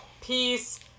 peace